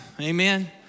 Amen